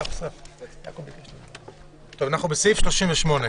סעיף 38,